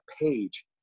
page